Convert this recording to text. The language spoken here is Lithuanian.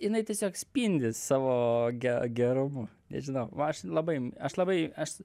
jinai tiesiog spindi savo ge gerumu nežinau aš labai aš labai aš